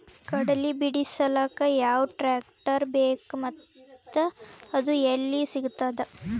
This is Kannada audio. ಕಡಲಿ ಬಿಡಿಸಲಕ ಯಾವ ಟ್ರಾಕ್ಟರ್ ಬೇಕ ಮತ್ತ ಅದು ಯಲ್ಲಿ ಸಿಗತದ?